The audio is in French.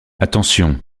attention